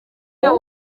byo